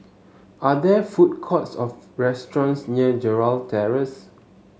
are there food courts or restaurants near Gerald Terrace